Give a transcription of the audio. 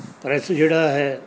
press ਜਿਹੜਾ ਹੈ